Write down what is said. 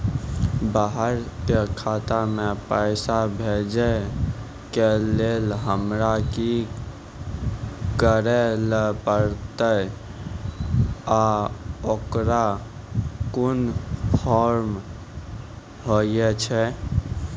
बाहर के खाता मे पैसा भेजै के लेल हमरा की करै ला परतै आ ओकरा कुन फॉर्म कहैय छै?